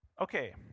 Okay